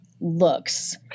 looks